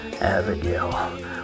Abigail